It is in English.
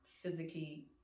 physically